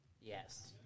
Yes